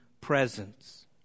presence